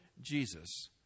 Jesus